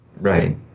Right